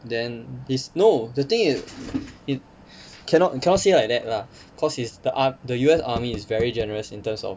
then this no the thing is is cannot you cannot say like that lah cause is the ar~ the U_S army is very generous in terms of